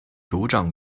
酋长